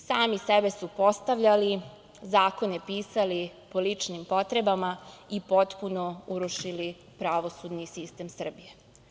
Sami sebe su postavljali, zakone pisali po ličnim potrebama i potpuno urušili pravosudni sistem Srbije.